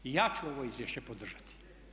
I ja ću ovo izvješće podržati.